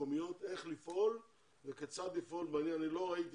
המקומיות איך לפעול וכיצד לפעול בעניין - לא ראיתי